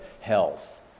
health